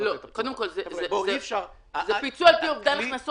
שזה פיצוי לפי ירידת